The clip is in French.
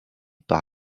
par